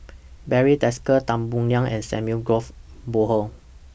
Barry Desker Tan Boo Liat and Samuel Golf Bonham